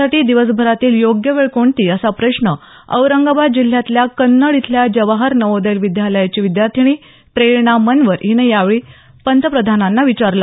अभ्यास करण्यासाठी दिवसभरातील योग्य वेळ कोणती असा प्रश्न औरंगाबाद जिल्ह्यातल्या कन्नड इथल्या जवाहर नवोदय विद्यालयाची विद्यार्थींनी प्रेरणा मनवर हिनं यावेळी पंतप्रधानांना विचारला